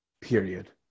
period